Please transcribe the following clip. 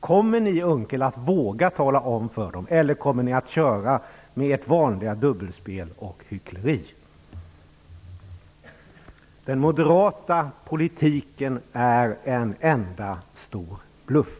Kommer Per Unckel att våga tala om detta för dem, eller kommer ni att köra med ert vanliga dubbelspel och hyckleri? Den moderata politiken är en enda stor bluff.